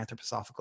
anthroposophical